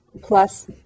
plus